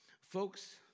Folks